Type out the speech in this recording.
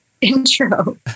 intro